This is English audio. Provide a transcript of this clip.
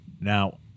Now